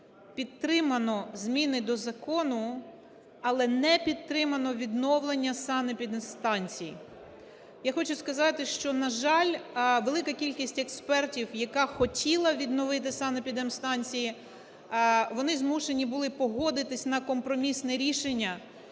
підтримано зміни до закону, але не підтримано відновлення санепідемстанцій. Я хочу сказати, що, на жаль, велика кількість експертів, яка хотіла відновити санепідемстанції, вони змушені були погодитись на компромісне рішення